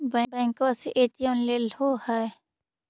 बैंकवा से ए.टी.एम लेलहो है?